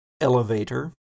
elevator